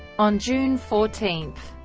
on june fourteen,